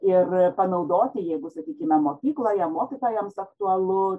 ir panaudoti jeigu sakykime mokykloje mokytojams aktualu